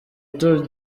tour